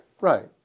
Right